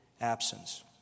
absence